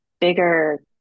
bigger